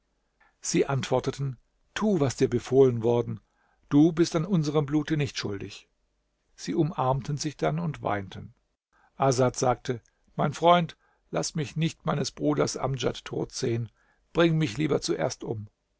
sie antworteten tu was dir befohlen worden du bist an unserm blute nicht schuldig sie umarmten sich dann und weinten asad sagte mein freund laß mich nicht meines bruders amdjad tod sehen bring mich lieber zuerst um